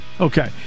Okay